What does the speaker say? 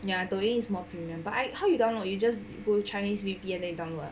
ya 抖音 is more premium but like how you download you just pull chinese V_P_N then you download ah